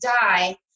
die